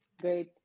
Great